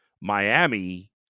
Miami